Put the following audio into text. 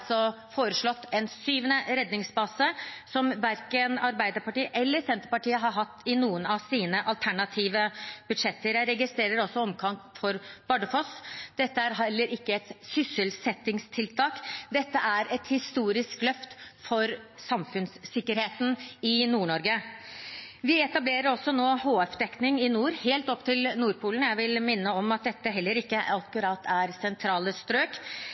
foreslått en syvende redningsbase, som verken Arbeiderpartiet eller Senterpartiet har hatt i noen av sine alternative budsjetter. Jeg registrerer også omkamp for Bardufoss. Dette er heller ikke et sysselsettingstiltak, dette er et historisk løft for samfunnssikkerheten i Nord-Norge. Vi etablerer også HF-dekning i nord nå, helt opp til Nordpolen. Jeg vil minne om at dette heller ikke akkurat er sentrale strøk.